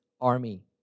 army